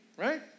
Right